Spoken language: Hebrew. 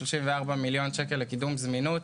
34 מיליון שקל לקידום זמינות,